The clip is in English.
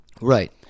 right